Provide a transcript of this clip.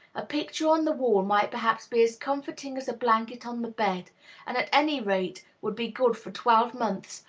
a picture on the wall might perhaps be as comforting as a blanket on the bed and, at any rate, would be good for twelve months,